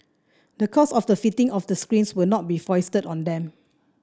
the cost of the fitting of the screens will not be foisted on them